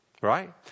right